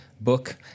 book